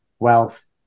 wealth